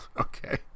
okay